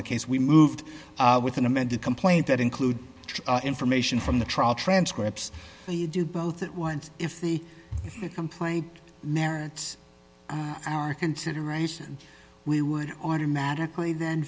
the case we moved with an amended complaint that include information from the trial transcripts we do both at once if the complaint merits our consideration we would automatically then